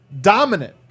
dominant